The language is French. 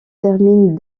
termine